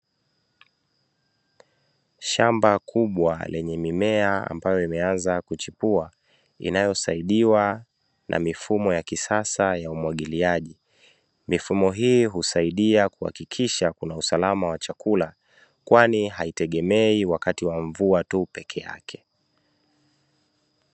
Shamba kubwa lenye mimea ambayo imeanza kuchipua inayosaidiwa na mifumo ya kisasa ya umwagiliaji, mifumo hii husaidia kuhakikisha kuna usalama wa chakula kwani haitegemei wakati wa mvua tu peke yake.